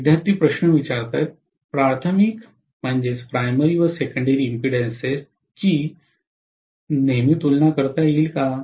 विद्यार्थीः प्राथमिक व सेकंडरी इम्पीडेन्सस नेहमी तुलना करता येतात का